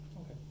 Okay